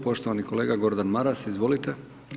Poštovani kolega Gordan Maras, izvolite.